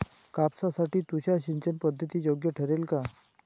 कापसासाठी तुषार सिंचनपद्धती योग्य ठरेल का?